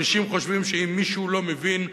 אנשים חושבים שאם מישהו לא מבין,